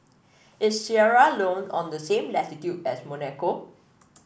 is Sierra Leone on the same latitude as Monaco